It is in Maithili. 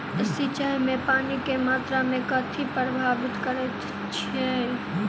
सिंचाई मे पानि केँ मात्रा केँ कथी प्रभावित करैत छै?